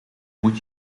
moet